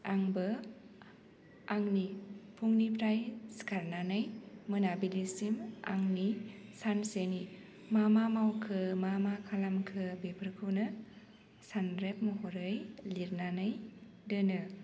आंबो आंनि फुंनिफ्राय सिखारनानै मोनाबिलिसिम आंनि सानसेनि मा मा मावखो मा मा खालामखो बेफोरखौनो सानरेब महरै लिरनानै दोनो